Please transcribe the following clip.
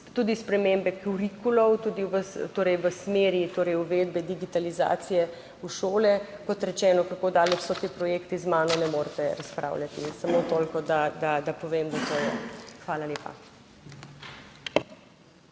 tudi spremembe kurikulov, tudi torej v smeri torej uvedbe digitalizacije v šole, kot rečeno. Kako daleč so ti projekti, z mano ne morete razpravljati. Samo toliko, da povem, da je to. Hvala lepa.